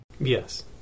Yes